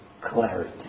clarity